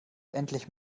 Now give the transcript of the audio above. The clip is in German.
endlich